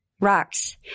Rocks